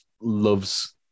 loves